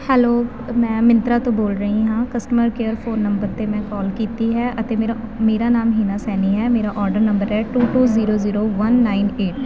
hello ਮੈਂ ਮਿੰਤਰਾ ਤੋਂ ਬੋਲ ਰਹੀ ਹਾਂ ਕਸਟਮਰ ਕੇਅਰ ਫੋਨ ਨੰਬਰ 'ਤੇ ਮੈਂ ਕੌਲ ਕੀਤੀ ਹੈ ਅਤੇ ਮੇਰਾ ਮੇਰਾ ਨਾਮ ਹੀਨਾ ਸੈਨੀ ਹੈ ਮੇਰਾ ਓਰਡਰ ਨੰਬਰ ਹੈ two two zero zero one nine eight